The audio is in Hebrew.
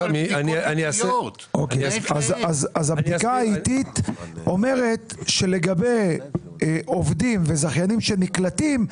אז הבדיקה האיטית אומרת שלגבי עובדים וזכיינים שנקלטים,